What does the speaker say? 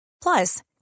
Plus